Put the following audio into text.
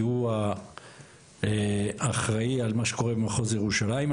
כי הוא אחראי על מה שקורה במחוז ירושלים.